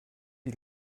die